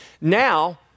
Now